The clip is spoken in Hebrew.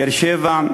באר-שבע,